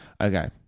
Okay